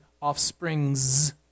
offspring's